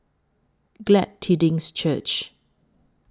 Glad Tidings Church